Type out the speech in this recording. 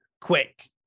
quick